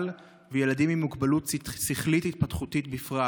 וילדים עם מוגבלות שכלית-התפתחותית בפרט,